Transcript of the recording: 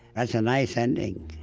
that's a nice ending.